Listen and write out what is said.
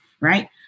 right